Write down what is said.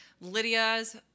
Lydia's